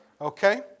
Okay